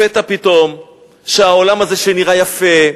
לפתע פתאום, שהעולם הזה, שנראה יפה,